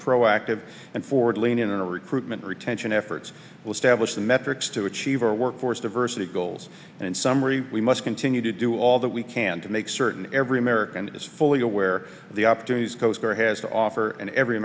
proactive and forward leaning or recruitment retention efforts will establish the metrics to achieve our workforce diversity goals and in summary we must continue to do all that we can to make certain every american is fully aware of the opportunities coast guard has to offer and every